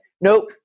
nope